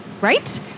right